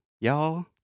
y'all